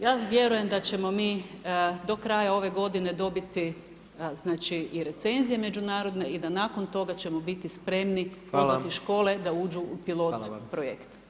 Ja vjerujem da ćemo mi do kraja ove godine dobiti, znači i recenzije međunarodne i da nakon toga ćemo biti spremni pozvati škole da uđu u pilot projekt.